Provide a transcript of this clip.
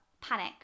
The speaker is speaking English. panic